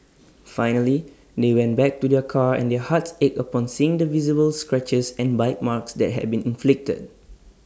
finally they went back to their car and their hearts ached upon seeing the visible scratches and bite marks that had been inflicted